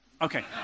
Okay